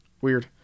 weird